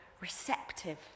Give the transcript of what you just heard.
receptive